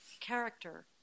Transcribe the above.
character